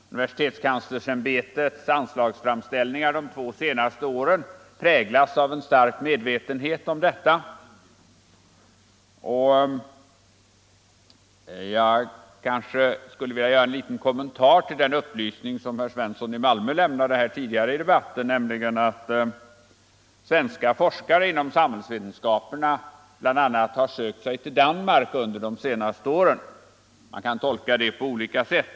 Universitetskanslersämbetets anslagsframställningar de två senaste åren präglas av stark medvetenhet om detta. Jag skulle vilja göra en liten kommentar till den upplysning som herr Svensson i Malmö lämnade tidigare i debatten, nämligen att svenska forskare inom samhällsvetenskaperna bl.a. har sökt sig till Danmark under de senaste åren. Man kan tolka det på olika sätt.